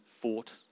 fought